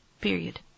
period